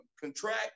contract